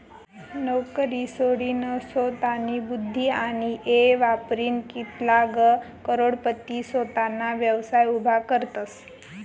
नवकरी सोडीनसोतानी बुध्दी आणि येय वापरीन कित्लाग करोडपती सोताना व्यवसाय उभा करतसं